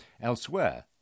elsewhere